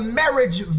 marriage